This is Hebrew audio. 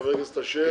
חבר הכנסת אשר, בבקשה.